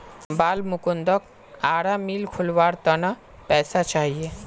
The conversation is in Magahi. बालमुकुंदक आरा मिल खोलवार त न पैसा चाहिए